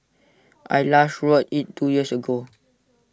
I last rode IT two years ago